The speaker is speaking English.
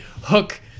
Hook